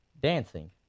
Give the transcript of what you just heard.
dancing